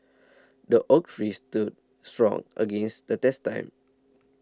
the oak tree stood strong against the test time